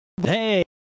hey